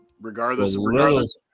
regardless